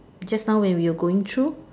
just now when we're going through